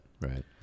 right